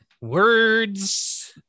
words